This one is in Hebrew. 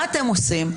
מה אתם עושים?